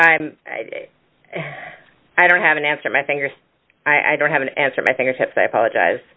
know i don't have an answer my fingers i don't have an answer my fingertips i apologize